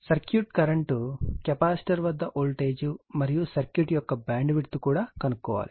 circuit current capacitor వద్ద voltage మరియు circuit యొక్క బ్యాండ్విడ్త్ కూడా కనుగొనండి